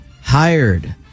hired